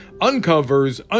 uncovers